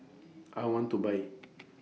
I want to Buy